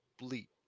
bleep